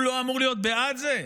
הוא לא אמור להיות בעד זה?